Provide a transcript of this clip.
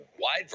wide